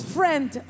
friend